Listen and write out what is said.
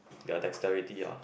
their dexterity ah